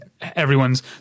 everyone's